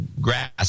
grass